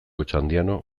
otxandiano